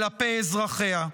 כלפי אזרחיה.